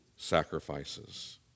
sacrifices